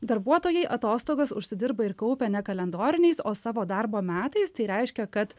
darbuotojai atostogas užsidirba ir kaupia ne kalendoriniais o savo darbo metais tai reiškia kad